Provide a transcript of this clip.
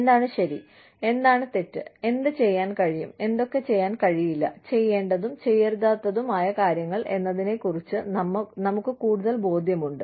എന്താണ് ശരി എന്താണ് തെറ്റ് എന്ത് ചെയ്യാൻ കഴിയും എന്തൊക്കെ ചെയ്യാൻ കഴിയില്ല ചെയ്യേണ്ടതും ചെയ്യരുതാത്തതും ആയ കാര്യങ്ങൾ എന്നതിനെക്കുറിച്ച് നമുക്ക് കൂടുതൽ ബോധ്യമുണ്ട്